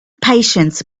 patience